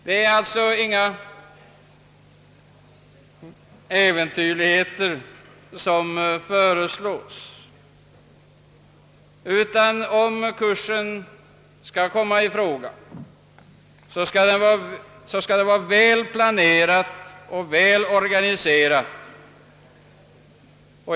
Det är alltså inga äventyrligheter som föreslås, utan om kursen skall komma till stånd, blir den väl planerad och organiserad.